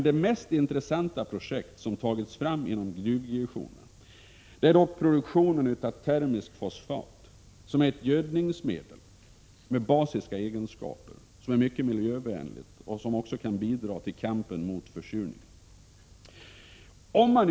Det mest intressanta projekt som tagits fram inom gruvdivisionen är dock produktionen av termisk fosfat, som är ett gödningsmedel med basiska egenskaper som är mycket miljövänligt och kan bidra till kampen mot försurningen.